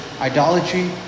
idolatry